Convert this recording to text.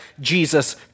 Jesus